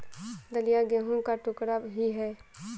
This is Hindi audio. दलिया गेहूं का टुकड़ा ही है